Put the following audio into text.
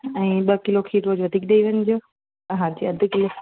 ऐं ॿ किलो खीर अञा वधीक ॾई वञिजो हा जी अधि किलो